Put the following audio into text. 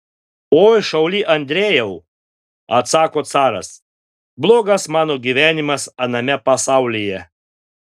oi šauly andrejau atsako caras blogas mano gyvenimas aname pasaulyje